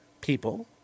people